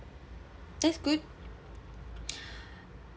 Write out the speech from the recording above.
that's good